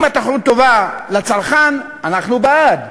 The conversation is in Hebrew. אם התחרות טובה לצרכן, אנחנו בעד.